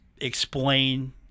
explain